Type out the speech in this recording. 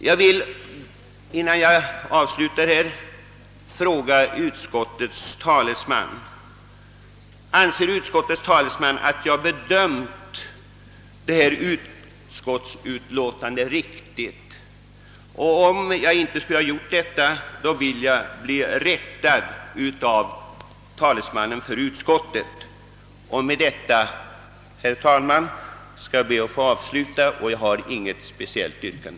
Jag vill, innan jag slutar mitt anförande, fråga utskottets talesman, om han anser att jag på denna punkt bedömt utskottsutlåtandet riktigt. Om jag inte skulle ha gjort det, anhåller jag att bli rättad av talesmannen för utskottet. Herr talman! Jag har inget speciellt yrkande.